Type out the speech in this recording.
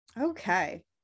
okay